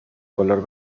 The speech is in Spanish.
color